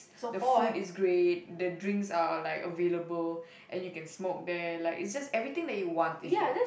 the food is great the drinks are like available and you can smoke there like it's just everything that you want is there